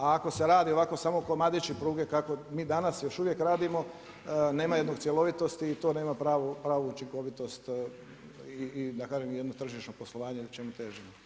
A ako se radi ovako samo komadići pruge kako mi danas još uvijek radimo nema cjelovitosti i to nema pravu učinkovitost i da kažem jedno tržišno poslovanje čemu težimo.